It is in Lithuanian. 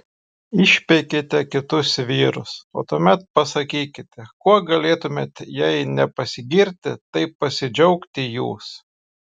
išpeikėte kitus vyrus o tuomet pasakykite kuo galėtumėte jei ne pasigirti tai pasidžiaugti jūs